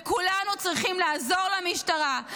וכולנו צריכים לעזור למשטרה,